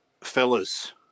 Fellas